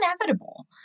inevitable